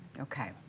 Okay